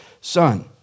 son